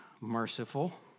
merciful